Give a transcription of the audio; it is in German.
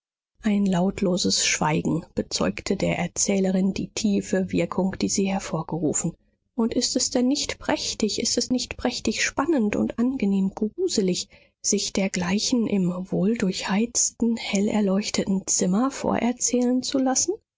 ein lautloses schweigen bezeugte der erzählerin die tiefe wirkung die sie hervorgerufen und ist es denn nicht prächtig ist es nicht prächtig spannend und angenehm gruselig sich dergleichen im wohldurchheizten hellerleuchteten zimmer vorerzählen zu lassen